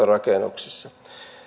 rakennuksissa